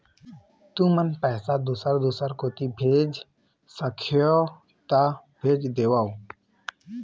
तुमन पैसा दूसर दूसर कोती भेज सखीहो ता भेज देवव?